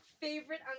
favorite